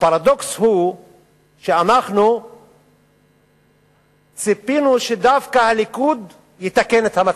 הפרדוקס הוא שאנחנו ציפינו שדווקא הליכוד יתקן את המצב.